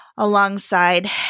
Alongside